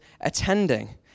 attending